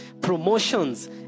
promotions